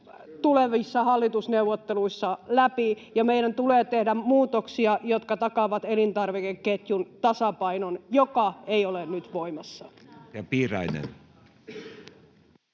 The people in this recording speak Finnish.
tulevissa hallitusneuvotteluissa läpi, ja meidän tulee tehdä muutoksia, [Sinuhe Wallinheimon välihuuto] jotka takaavat elintarvikeketjun tasapainon, joka ei ole nyt voimassa.